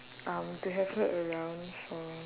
um to have her around for